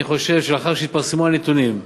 אני חושב שלאחר שהתפרסמו הנתונים,